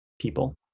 people